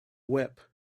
whip